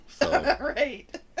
Right